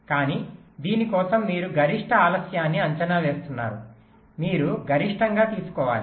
కానీ దీని కోసం మీరు గరిష్ట ఆలస్యాన్ని అంచనా వేస్తున్నారు మీరు గరిష్టంగా తీసుకోవాలి